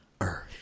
Earth